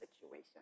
situation